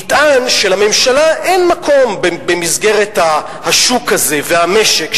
נטען שלממשלה אין מקום במסגרת השוק הזה והמשק,